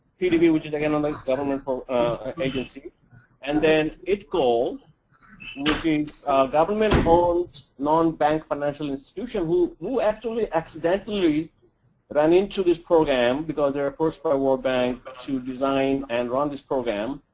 bpdb which is again on the government but um agency and then, idcol government-owned non-bank financial institution, who who actually accidentally run in to this program because they're approached by world bank but to design and run this program.